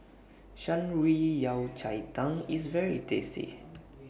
Shan Rui Yao Cai Tang IS very tasty